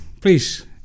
please